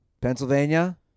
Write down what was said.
Pennsylvania